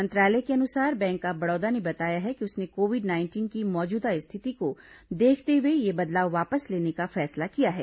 मंत्रालय के अनुसार बैंक आफ बड़ौदा ने बताया है कि उसने कोविड नाइंटीन की मौजूदा स्थिति को देखते हुए ये बदलाव वापस लेने का फैसला किया है